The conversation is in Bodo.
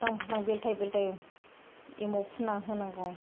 उलथां फालथां बेलथाइ बेलथाइ एमाव फुनना होनांगौ